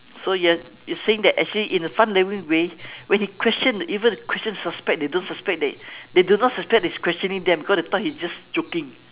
so you're you're saying that actually in a fun loving way when he question even when question suspect they don't suspect that they do not suspect that he's questioning them cause they thought he's just joking